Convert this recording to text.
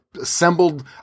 assembled